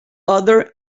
other